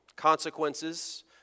Consequences